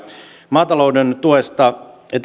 maatalouden tuista